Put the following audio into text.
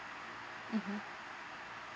mmhmm